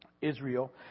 Israel